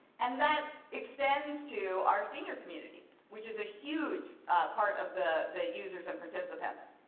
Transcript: and that extends to our senior community, which is a huge part of the the users and participants.